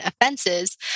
offenses